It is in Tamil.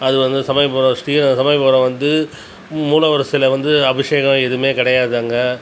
அது வந்து சமயபுரம் ஸ்ரீரங்கம் சமயபுரம் வந்து மூலவர் சில வந்து அபிஷேகம் எதுவுமே கிடையாது அங்கே